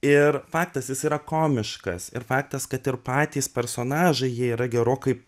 ir faktas jis yra komiškas ir faktas kad ir patys personažai jie yra gerokai